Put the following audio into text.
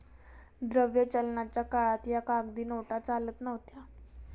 द्रव्य चलनाच्या काळात या कागदी नोटा चालत नव्हत्या